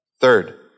Third